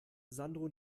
sandro